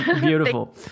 Beautiful